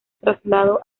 traslado